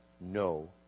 no